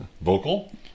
Vocal